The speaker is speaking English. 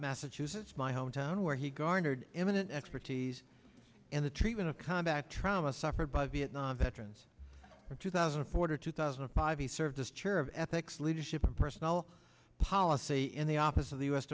massachusetts my hometown where he garnered imminent expertise in the treatment of combat trauma suffered by vietnam veterans in two thousand and four two thousand and five he served as chair of ethics leadership personnel policy in the office of the u